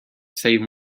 save